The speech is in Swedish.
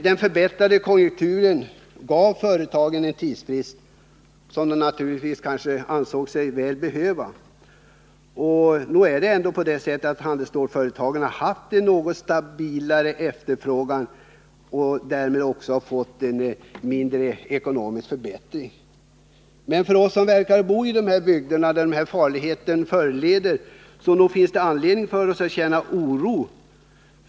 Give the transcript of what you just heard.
Den något förbättrade konjunkturen gav företagen en tidsfrist som de naturligtvis ansåg sig väl behöva. Och handelsstålsföretagen har haft en något stabilare efterfrågan och därmed också fått en mindre ekonomisk förbättring. Men nog finns det anledning för oss som verkar och bor i de här bygderna att känna oro.